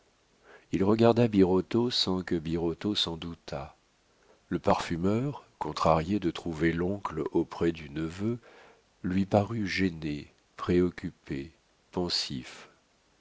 il regarda birotteau sans que birotteau s'en doutât le parfumeur contrarié de trouver l'oncle auprès du neveu lui parut gêné préoccupé pensif